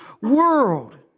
world